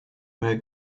where